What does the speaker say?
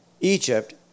Egypt